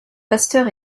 pasteur